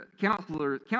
counselors